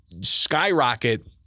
skyrocket